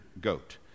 goat